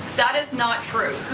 that is not true. who